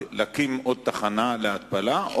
להקים עוד תחנה להתפלה,